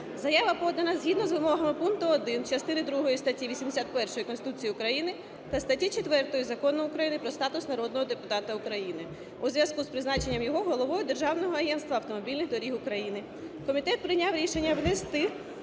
Заява подана згідно з вимогами пункту 1 частини другої статті 81 Конституції України та статті 4 Закону України "Про статус народного депутата України" у зв'язку з призначенням його головою Державного агентства автомобільних доріг України. Комітет прийняв рішення внести